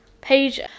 page